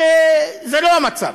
שזה לא המצב,